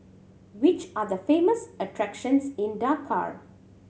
which are the famous attractions in Dakar